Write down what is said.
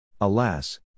Alas